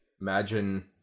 Imagine